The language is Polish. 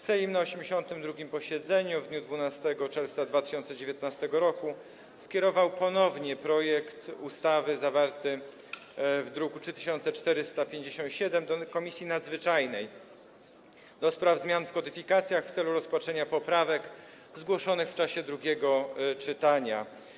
Sejm na 82. posiedzeniu w dniu 12 czerwca 2019 r. ponownie skierował projekt ustawy zawarty w druku nr 3457 do Komisji Nadzwyczajnej do spraw zmian w kodyfikacjach w celu rozpatrzenia poprawek zgłoszonych w czasie drugiego czytania.